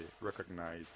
recognize